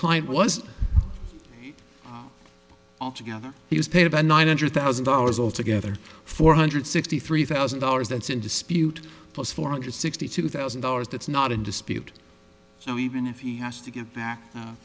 client was all together he was paid about nine hundred thousand dollars altogether four hundred sixty three thousand dollars that's in dispute was four hundred sixty two thousand dollars that's not in dispute so even if he has to give back